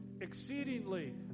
exceedingly